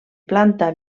planta